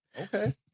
okay